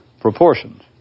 proportions